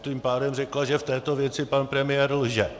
Tím pádem řekla, že v této věci pan premiér lže.